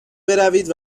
بروید